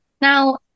now